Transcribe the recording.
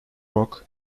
rock